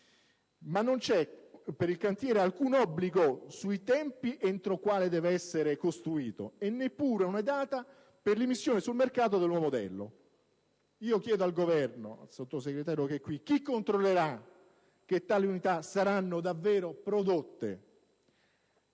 ma non c'è per il cantiere alcun obbligo sui tempi entro i quali deve essere costruito, e neppure una data per l'immissione sul mercato del nuovo modello. Chiedo al Governo, al Sottosegretario qui presente: chi controllerà che tali unità siano davvero prodotte?